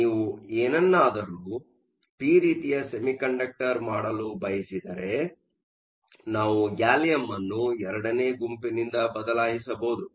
ನೀವು ಏನನ್ನಾದರೂ ಪಿ ರೀತಿಯ ಸೆಮಿಕಂಡಕ್ಟರ್ ಮಾಡಲು ಬಯಸಿದರೆ ನಾವು ಗ್ಯಾಲಿಯಂ ಅನ್ನು ಎರಡನೇ ಗುಂಪಿನಿಂದ ಬದಲಾಯಿಸಬಹುದು